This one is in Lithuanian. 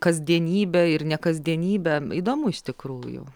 kasdienybę ir ne kasdienybę įdomu iš tikrųjų